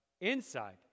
inside